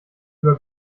über